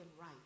right